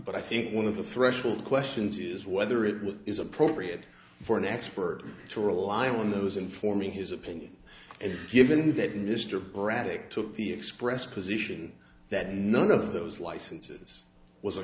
but i think one of the threshold questions is whether it is appropriate for an expert to rely on those informing his opinion and given that mr braddock took the express position that none of those licenses was a